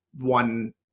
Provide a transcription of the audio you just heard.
one